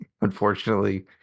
unfortunately